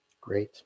Great